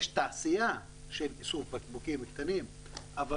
יש תעשייה של איסוף בקבוקים קטנים אבל